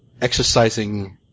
exercising